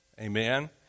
Amen